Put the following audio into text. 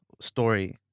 story